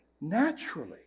naturally